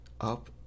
up